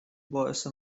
باعث